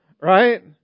Right